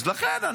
אז לכן,